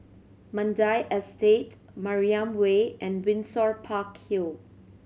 Mandai Estate Mariam Way and Windsor Park Hill